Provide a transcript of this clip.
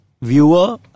viewer